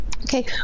Okay